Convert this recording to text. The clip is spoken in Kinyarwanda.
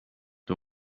ndi